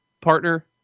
partner